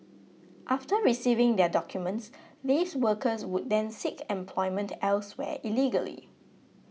after receiving their documents these workers would then seek employment elsewhere illegally